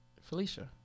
Felicia